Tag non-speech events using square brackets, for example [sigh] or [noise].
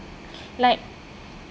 [breath] like